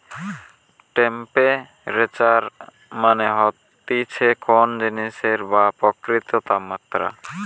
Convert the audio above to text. temperature মানে হতিছে কোন জিনিসের বা প্রকৃতির তাপমাত্রা